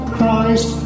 Christ